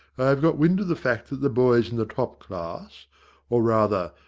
i have got wind of the fact that the boys in the top class or rather,